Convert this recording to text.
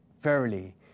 verily